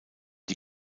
die